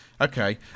okay